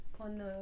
on